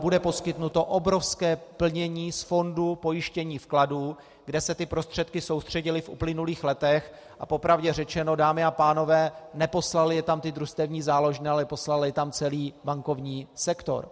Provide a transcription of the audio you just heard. Bude poskytnuto obrovské plnění z fondu pojištění vkladů, kde se ty prostředky soustředily v uplynulých letech, a po pravdě řečeno, dámy a pánové, neposlaly je tam ty družstevní záložny, ale poslal je tam celý bankovní sektor.